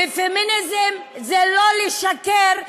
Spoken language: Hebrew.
ופמיניזם זה לא לשקר,